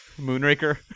Moonraker